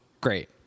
great